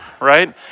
right